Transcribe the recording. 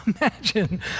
Imagine